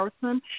person